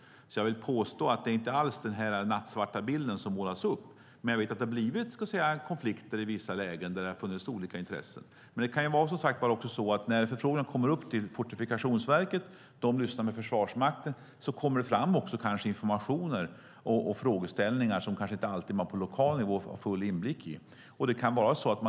Jag vill påstå att det inte alls är en så nattsvart bild som målas upp, men jag vet att det har blivit konflikter i vissa lägen där det har funnits olika intressen. Det kan också vara så att när förfrågningen kommer upp till Fortifikationsverket, som lyssnar med Försvarsmakten, kommer det fram informationer och frågor som man på lokal nivå inte alltid har full inblick i.